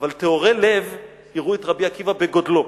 "אבל טהורי לב יראו את רבי עקיבא בגודלו,